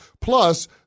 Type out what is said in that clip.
Plus